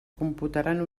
computaran